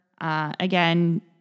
Again